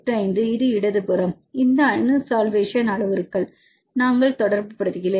85 இது இடது புறம் இந்த அணு சல்வேஷன் அளவுருக்கள் நாங்கள் தொடர்புபடுத்துகிறோம்